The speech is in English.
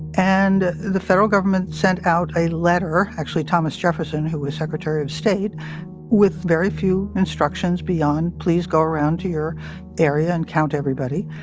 and the federal government sent out a letter actually thomas jefferson who was secretary of state with very few instructions beyond, please go around to your area and count everybody.